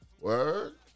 Word